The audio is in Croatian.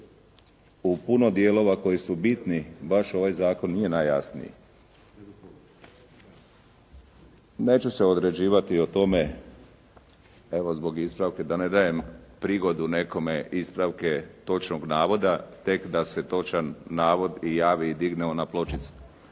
u puno dijelova koji su bitni, baš ovaj zakon nije najjasniji. Neću se određivati o tome evo zbog ispravke da ne dajem prigodu nekome ispravke točnog navoda, tek da se točan navod i javi i digne ona pločica,